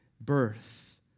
birth